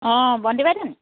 অঁ বন্তি বাইদেউ নেকি